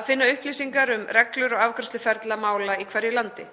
að finna upplýsingar um reglur og afgreiðsluferla mála í hverju landi.